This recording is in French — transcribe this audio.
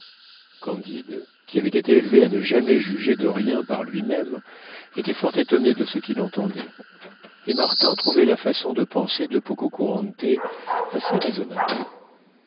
candide qui avait été élevé à ne jamais juger de rien par lui-même était fort étonné de ce qu'il entendait et martin trouvait la façon de penser de pococurante assez raisonnable